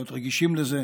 להיות רגישים לזה.